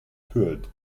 toured